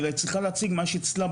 אלא היא צריכה להציג מה שאצלה,